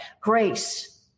Grace